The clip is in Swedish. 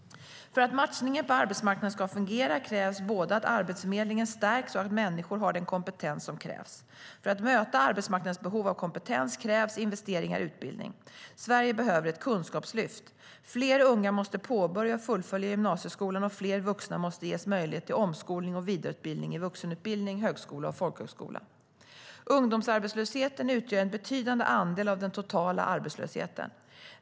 För att matchningen på arbetsmarknaden ska fungera krävs både att Arbetsförmedlingen stärks och att människor har den kompetens som krävs. För att möta arbetsmarknadens behov av kompetens krävs investeringar i utbildning. Sverige behöver ett kunskapslyft. Fler unga måste påbörja och fullfölja gymnasieskolan, och fler vuxna måste ges möjlighet till omskolning och vidareutbildning i vuxenutbildning, högskola och folkhögskola. Ungdomsarbetslösheten utgör en betydande andel av den totala arbetslösheten.